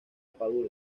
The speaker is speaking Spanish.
padua